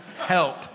Help